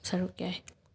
ꯁꯔꯨꯛ ꯌꯥꯏ